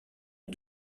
est